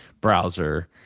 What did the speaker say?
browser